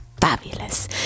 Fabulous